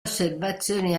osservazioni